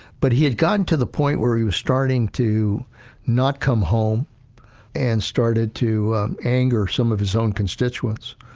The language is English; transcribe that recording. but he had gotten to the point where he was starting to not come home and started to anger some of his own constituents.